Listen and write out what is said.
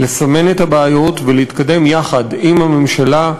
לסמן את הבעיות ולהתקדם יחד עם הממשלה,